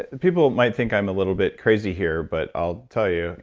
people might think i'm a little bit crazy here, but i'll tell you.